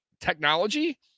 technology